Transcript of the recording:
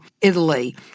Italy